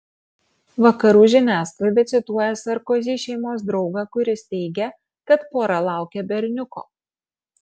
vakarų žiniasklaida cituoja sarkozy šeimos draugą kuris teigia kad pora laukia berniuko